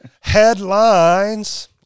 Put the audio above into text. Headlines